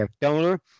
donor